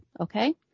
Okay